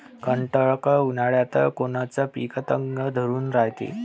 कडक उन्हाळ्यात कोनचं पिकं तग धरून रायते?